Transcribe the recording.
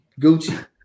Gucci